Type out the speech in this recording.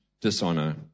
dishonor